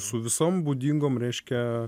su visom būdingom reiškia